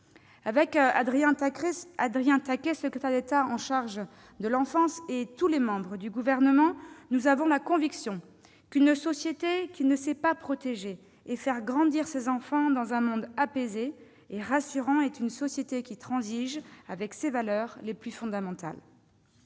Avec Adrien Taquet, secrétaire d'État chargé de l'enfance, et avec tous les membres du Gouvernement, nous avons la conviction qu'une société qui ne sait pas protéger et faire grandir ses enfants dans un monde apaisé et rassurant est une société qui transige avec ses valeurs les plus fondamentales.